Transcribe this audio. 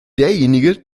derjenige